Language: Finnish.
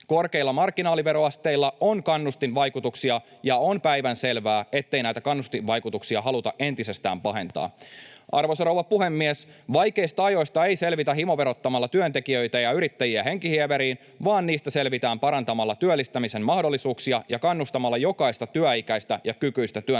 Korkeilla marginaaliveroasteilla on kannustinvaikutuksia, ja on päivänselvää, ettei näitä kannustinvaikutuksia haluta entisestään pahentaa. Arvoisa rouva puhemies! Vaikeista ajoista ei selvitä himoverottamalla työntekijöitä ja yrittäjiä henkihieveriin, vaan niistä selvitään parantamalla työllistämisen mahdollisuuksia ja kannustamalla jokaista työikäistä ja ‑kykyistä työntekoon.